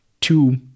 two